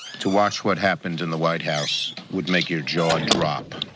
to watch what happened in the white house would make your jaw drop.